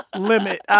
limit.